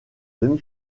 demi